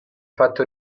fatto